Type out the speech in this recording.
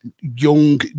Young